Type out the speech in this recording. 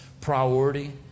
priority